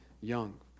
young